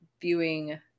viewing